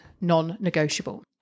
non-negotiable